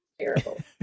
Terrible